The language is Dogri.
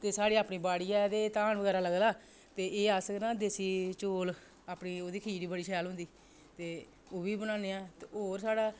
ते साढ़ी अपनी बाड़ी ऐ ते धान बगैरा लगदा ते एह् अस ना देसी चौल अपनी ओह्दी ना खिचड़ी बड़ी शैल होंदी ते ओह्बी बनान्ने आं ते होर साढ़ा